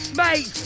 mate